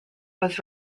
was